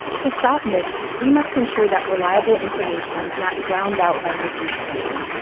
to stop myths, we must ensure that reliable information is not drowned out by misinformation.